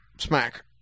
Smack